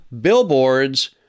billboards